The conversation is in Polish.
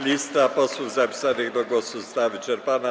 Lista posłów zapisanych do głosu została wyczerpana.